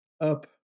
up